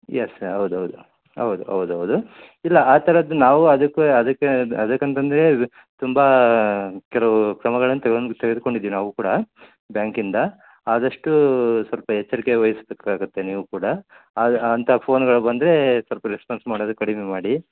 S sir ಹೌದು ಹೌದು ಹೌದ್ ಹೌದು ಹೌದು ಇಲ್ಲ ಆ ಥರದ್ದು ನಾವು ಅದಕ್ಕೆ ಅದಕ್ಕೆ ಅದಕ್ಕಂತಂದ್ರೆ ಇದು ತುಂಬ ಕೆಲವು ಕ್ರಮಗಳನ್ನು ತೆಗೆದ್ ತೆಗೆದ್ಕೊಂಡಿದಿವಿ ನಾವು ಕೂಡ ಬ್ಯಾಂಕಿಂದ ಆದಷ್ಟು ಸ್ವಲ್ಪ ಎಚ್ಚರಿಕೆ ವಹಿಸ್ಬೇಕಾಗತ್ತೆ ನೀವು ಕೂಡ ಅದು ಅಂಥ ಫೋನ್ಗಳು ಬಂದ್ರೆ ಸ್ವಲ್ಪ ರೆಸ್ಪಾನ್ಸ್ ಮಾಡೋದು ಕಡಿಮೆ ಮಾಡಿ